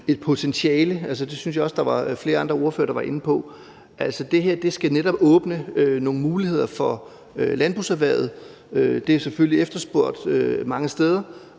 et potentiale. Det synes jeg også flere andre ordførere var inde på, altså at det her netop skal åbne nogle muligheder for landbrugserhvervet. Det er selvfølgelig efterspurgt mange steder,